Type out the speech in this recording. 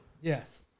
Yes